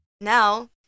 Now